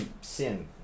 sin